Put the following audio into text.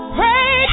pray